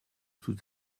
toute